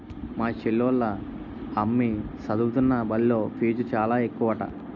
మా చెల్లోల అమ్మి సదువుతున్న బల్లో ఫీజు చాలా ఎక్కువట